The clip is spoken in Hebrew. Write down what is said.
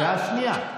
קריאה שנייה.